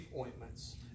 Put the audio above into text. ointments